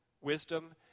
wisdom